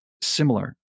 similar